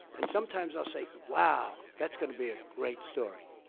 and sometimes i'll say, wow, that's going to be a great story,